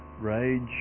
rage